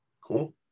Cool